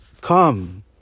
come